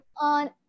on